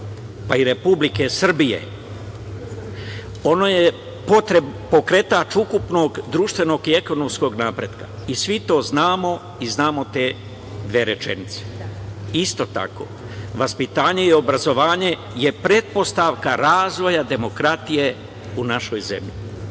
pa i Republike Srbije. Ono je pokretač ukupnog društvenog i ekonomskog napretka. Svi to znamo i znamo te dve rečenice. Isto tako, vaspitanje i obrazovanje je pretpostavka razvoja demokratije u našoj zemlji. Namerno